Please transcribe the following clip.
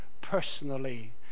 personally